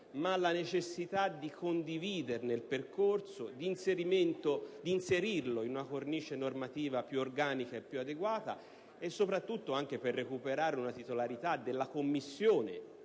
ma la necessità di condividerne il percorso, di inserirlo in una cornice normativa più organica e adeguata, e soprattutto anche per recuperare una titolarità della Commissione